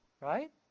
Right